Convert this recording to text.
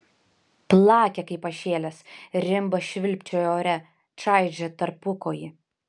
plakė kaip pašėlęs rimbas švilpčiojo ore čaižė tarpukojį